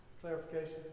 Clarification